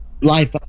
life